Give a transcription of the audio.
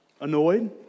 Annoyed